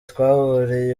twahuriye